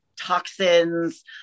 toxins